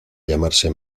llamarse